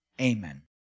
Amen